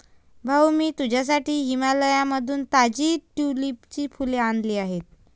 भाऊ, मी तुझ्यासाठी हिमाचलमधून ताजी ट्यूलिपची फुले आणली आहेत